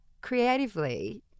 Creatively